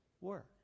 work